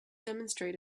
demonstrate